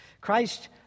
Christ